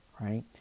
right